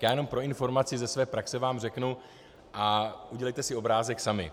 Já jenom pro informaci ze své praxe vám řeknu a udělejte si obrázek sami.